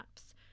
apps